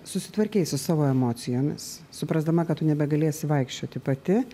susitvarkei su savo emocijomis suprasdama kad tu nebegalėsi vaikščioti pati